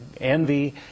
envy